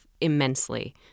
immensely